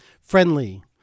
friendly